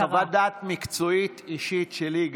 חוות דעת מקצועית אישית שלי,